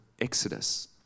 Exodus